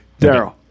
Daryl